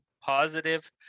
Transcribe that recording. positive